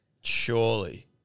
Surely